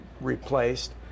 replaced